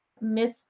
miss